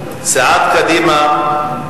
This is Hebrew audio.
סיעת קדימה.